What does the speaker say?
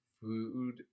food